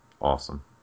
Awesome